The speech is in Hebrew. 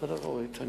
בסדר, אורית?